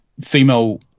female